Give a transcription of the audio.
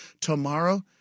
tomorrow